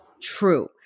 true